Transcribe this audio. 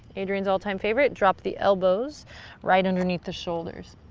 adriene's all-time favorite, drop the elbows right underneath the shoulders.